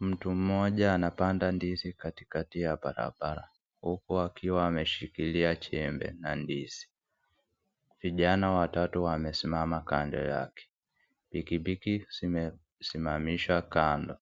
Mtu mmoja anapanda ndizi katikati ya barabara. huku akiwa ameshikilia jembe na ndizi. vijana watatu wamesimama kando yake. Pikipiki imesimamishwa kando.